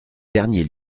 derniers